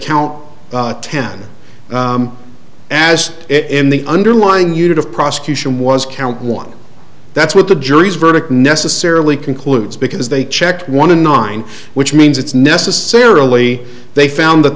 count ten as it in the underlying unit of prosecution was count one that's what the jury's verdict necessarily concludes because they checked one in nine which means it's necessarily they found that